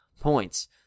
points